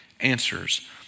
answers